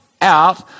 out